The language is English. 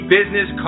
Business